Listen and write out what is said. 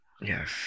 Yes